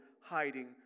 hiding